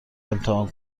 امتحان